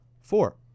Four